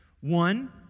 One